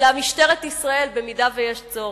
אלא משטרת ישראל, במידה שיש צורך.